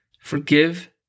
forgive